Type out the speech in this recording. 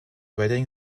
wedding